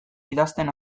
idazten